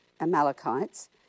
Amalekites